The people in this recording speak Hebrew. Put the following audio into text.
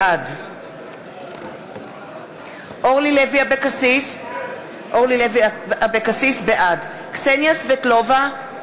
בעד אורלי לוי אבקסיס, בעד קסניה סבטלובה,